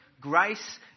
Grace